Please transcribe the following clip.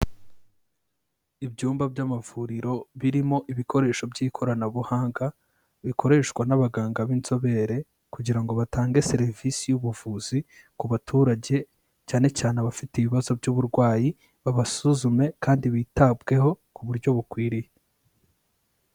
Ibyumba by'amavuriro birimo ibikoresho by'ikoranabuhanga, bikoreshwa n'abaganga b'inzobere kugira ngo batange serivisi y'ubuvuzi ku baturage cyane cyane abafite ibibazo by'uburwayi, babasuzume kandi bitabweho ku buryo bukwiriye.